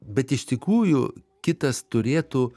bet iš tikrųjų kitas turėtų